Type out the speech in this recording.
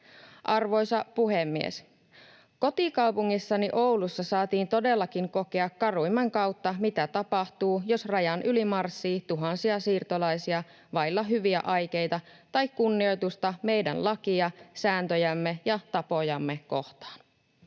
Arvoisa puhemies! Kotikaupungissani Oulussa saatiin todellakin kokea karuimman kautta, mitä tapahtuu, jos rajan yli marssii tuhansia siirtolaisia vailla hyviä aikeita tai kunnioitusta meidän lakiamme, sääntöjämme ja tapojamme kohtaan.